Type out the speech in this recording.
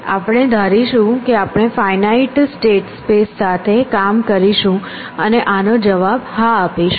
આપણે ધારીશું કે આપણે ફાઇનાઇટ સ્ટેટ સ્પેસ સાથે કામ કરીશું અને આનો જવાબ હા આપીશું